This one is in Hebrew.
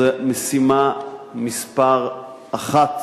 זו משימה מספר אחת,